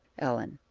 ellen.